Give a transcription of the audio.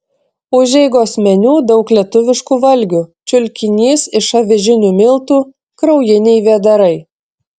užeigos meniu daug lietuviškų valgių čiulkinys iš avižinių miltų kraujiniai vėdarai